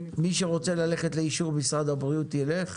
מי שרוצה ללכת לאישור משרד הבריאות ילך,